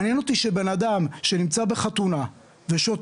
מעניין אותי שבן אדם שנמצא בחתונה ושותה,